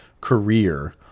career